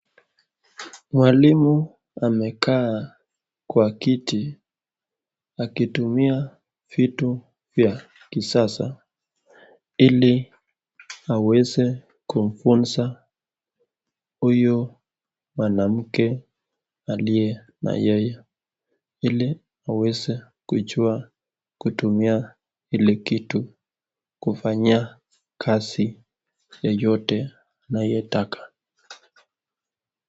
Mwalimu amekaa kwa kiti akitumia vitu vya kisasa ili aweze kumfunza huyo mwanamke aliye na yeye ili aweze kujua kutumia ile kitu kufanya kazi yoyote anayetaka.